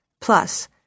Plus